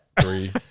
Three